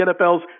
NFL's